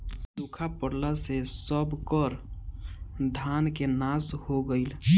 सुखा पड़ला से सबकर धान के नाश हो गईल